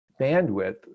bandwidth